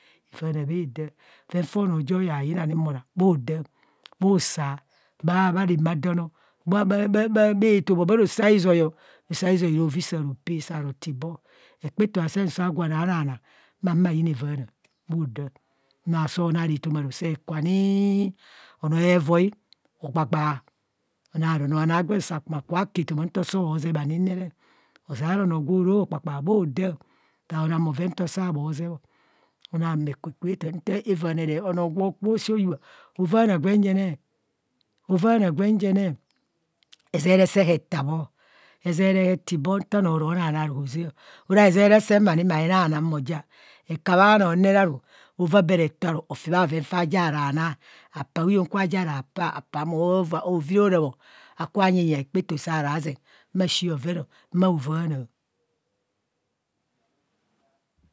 Avaana bhaada, bhoven fo noo jo yaye mo nana bhoda bhusa, bhaa ramaa don o bha bha bha bha rosuzoi, rosazoi rovi saa ropee saa ro tibho, hekpaeto asen sa gwo ra na na, ma huma yina avaana bhoda, so na aru etoma sẹẹ kua nii, anoo hevoi okpakpaa, onaru ọnọ nọ aagwen saa kuba ku etoma nto soo zeb ani ne re, ozeara onoo gwe ro kpakpaa bho daa, sao na bhoren nta saa bho ze ona maa kaku ạạtạạ nta vaana re onoo gwo ku oshio yubha, hovaana gwen en nẹẹ hovaana gwem je nẹẹ, hezere se hataa bho, hezere hitibho nta onoo naa naa hoza o, ora hezere sem ma na nang mọ ja hekabhe aonoo ma ni re aru ovaa bhe reto oru ofi bha obhoren faa jaa raa na, apa huyen kwa ja ra paa, apa mo, ovi re ora bhon, aku bha nyenyea hekpato saaraa zeng maa shii oven ọ mao vaa naa.